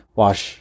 wash